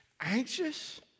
anxious